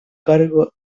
cargo